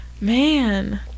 Man